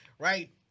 right